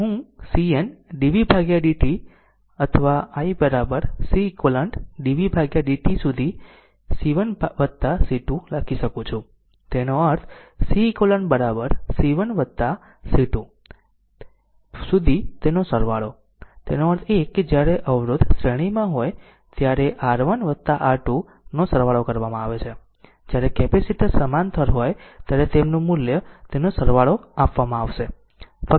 હું CN dvdt or i Ceq dvdt સુધી C1 C2 લખી શકું છું તેનો અર્થ Ceq C1 C2 સુધી તેનો સરવાળો તેનો અર્થ એ કે જ્યારે અવરોધ શ્રેણીમાં હોય ત્યારે r 1 r 2 નો સરવાળો કરવામાં આવે છે જ્યારે કેપેસિટર સમાંતર હોય ત્યારે તેમનું મૂલ્ય તેનો સરવાળો આપવામાં આવશે